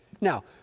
now